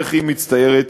מצטיירת